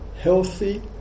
healthy